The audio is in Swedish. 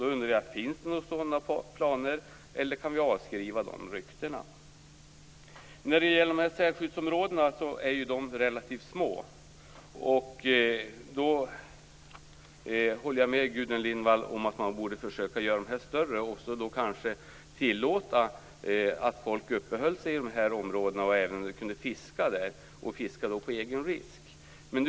Finns det några sådana planer, eller kan vi avskriva dessa rykten? Sälskyddsområdena är ju relativt små. Jag håller med Gudrun Lindvall om att man borde försöka göra dem större och kanske tillåta att folk uppehåller sig där och även fiskar där på egen risk.